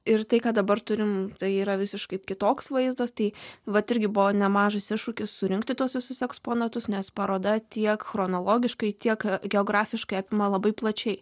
ir tai ką dabar turime tai yra visiškai kitoks vaizdas tai vat irgi buvo nemažas iššūkis surinkti tuos visus eksponatus nes paroda tiek chronologiškai tiek geografiškai apima labai plačiai